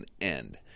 end